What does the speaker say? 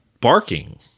barking